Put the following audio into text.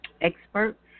expert